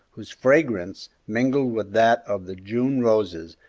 whose fragrance, mingled with that of the june roses,